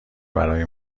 برای